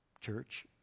church